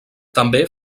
també